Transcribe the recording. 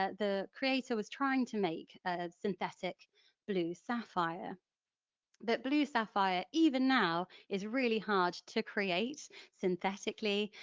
ah the creator was trying to make synthetic blue sapphire but blue sapphire even now, is really hard to create synthetically,